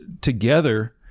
together